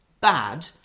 bad